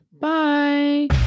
Bye